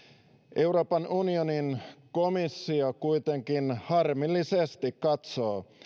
euroopan unionin komissio kuitenkin harmillisesti katsoo